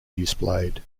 displayed